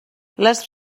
les